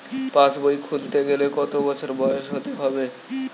পাশবই খুলতে গেলে কত বছর বয়স হতে হবে?